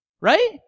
Right